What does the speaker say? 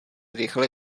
rychle